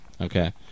okay